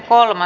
asia